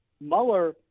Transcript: Mueller